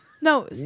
No